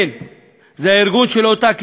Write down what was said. זה הארגון של אותה קהילה בין-לאומית